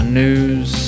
news